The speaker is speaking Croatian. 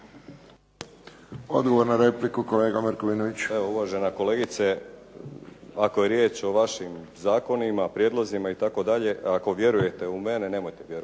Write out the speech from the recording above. Odgovor na repliku kolega Markovinović. **Markovinović, Krunoslav (HDZ)** Uvažena kolegice, ako je riječ o vašim zakonima, prijedlozima itd., ako vjerujete u mene nemojte vjerojatno,